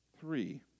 three